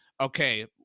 okay